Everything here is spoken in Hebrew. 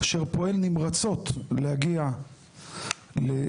שפועל נמרצות כדי להגיע לסטטוס,